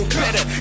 better